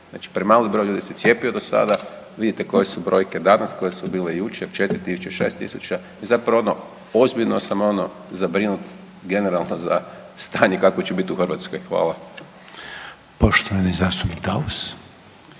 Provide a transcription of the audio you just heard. znači premali broj ljudi se cijepio do sada, vidite koje su brojke danas, koje su bile jučer 4000, 6000 i zapravo ono ozbiljno sam ono zabrinut generalno za stanje kakvo će bit u Hrvatskoj. Hvala. **Reiner,